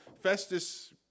Festus